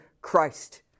Christ